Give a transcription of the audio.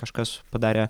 kažkas padarė